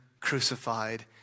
crucified